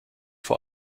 vor